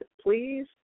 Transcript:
please